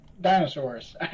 dinosaurs